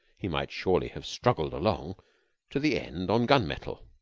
he might surely have struggled along to the end on gun-metal.